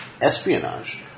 espionage